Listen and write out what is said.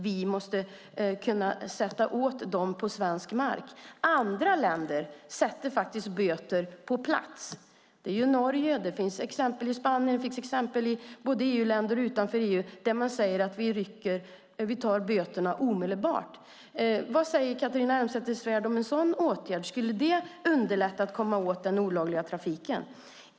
Vi måste sätta åt dem på svensk mark. Andra länder utfärdar böter på plats. Det finns exempel i Norge, Spanien, i EU-länder och utanför EU där böterna utfärdas omedelbart. Vad säger Catharina Elmsäter-Svärd om en sådan åtgärd? Skulle det underlätta att komma åt den olagliga trafiken?